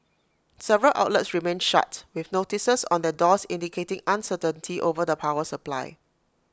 several outlets remained shut with notices on their doors indicating uncertainty over the power supply